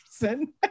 person